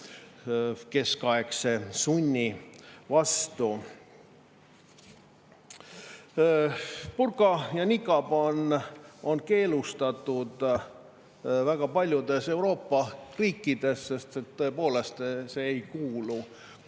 keskaegse sunni vastu. Burka ja nikaab on keelustatud väga paljudes Euroopa riikides, sest tõepoolest, need ei kuulu kokku